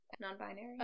non-binary